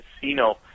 casino